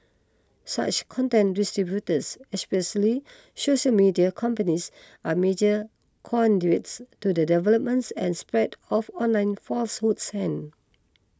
such content distributors especially social media companies are major conduits to the developments and spread of online falsehoods and